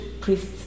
priests